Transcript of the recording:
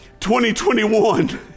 2021